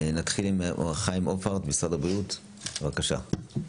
חיים הופרט, משרד הבריאות, בבקשה.